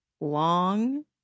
Long